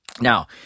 Now